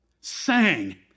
sang